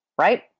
right